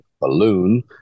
balloon